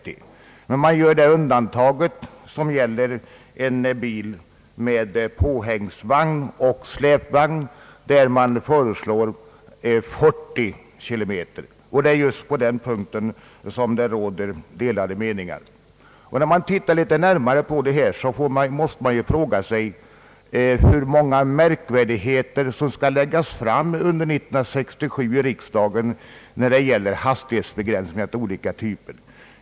till 70 km tim. föreslås. Det är just på denna punkt som det råder delade meningar. När man sätter sig närmare in i ärendet måste man fråga sig, hur många märkvärdigheter som skall läggas fram under år 1967 i riksdagen när det gäller hastighetsbegränsningar av olika typer.